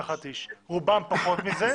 רובם פחות מזה.